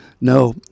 No